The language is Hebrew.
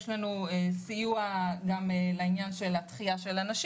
יש לנו סיוע גם לעניין הדחייה של גיל הפרישה לנשים.